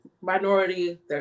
minority